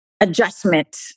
adjustment